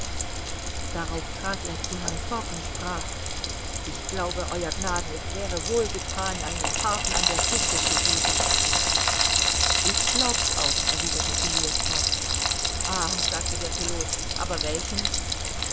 darauf trat er zu herrn fogg und sprach ich glaube ew gnaden es wäre wohl gethan einen hafen an der küste zu suchen ich glaub's auch erwiderte phileas fogg ah sagte der pilot aber welchen